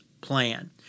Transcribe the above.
plan